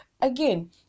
Again